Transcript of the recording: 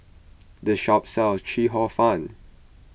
this shop sells Chee Ong Fun